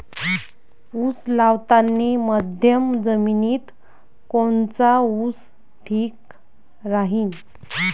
उस लावतानी मध्यम जमिनीत कोनचा ऊस ठीक राहीन?